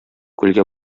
күлгә